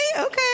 Okay